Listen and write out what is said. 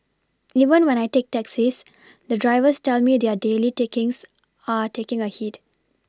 even when I take taxis the drivers tell me their daily takings are taking a hit